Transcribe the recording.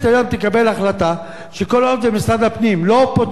שכל עוד משרד הפנים לא פותר את הבעיה הזאת,